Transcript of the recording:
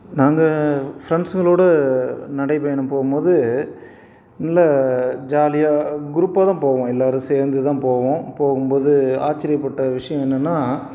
நாங்கள் ஃப்ரெண்ட்ஸுங்களோடு நடைப்பயணம் போகும் போது நல்லா ஜாலியாக குரூப்பாக தான் போவோம் எல்லோரும் சேர்ந்து தான் போவோம் போகும்போது ஆச்சரியப்பட்ட விஷியம் என்னென்னால்